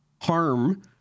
harm